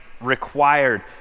required